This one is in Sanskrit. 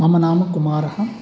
मम नाम कुमारः